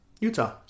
Utah